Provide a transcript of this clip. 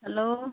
hello